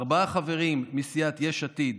ארבעה חברים מסיעת יש עתיד: